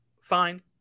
fine